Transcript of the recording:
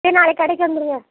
சரி நாளைக்கு கடைக்கு வந்துடுங்க